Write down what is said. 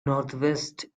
northwest